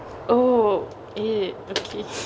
oh eh okay